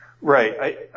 Right